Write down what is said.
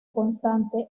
constante